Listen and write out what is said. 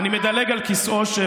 אני מדלג על כיסאו של